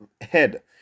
head